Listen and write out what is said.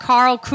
Carl